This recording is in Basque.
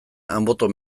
anboto